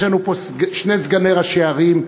יש לנו פה שני סגני ראשי ערים,